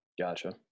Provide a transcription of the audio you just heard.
Gotcha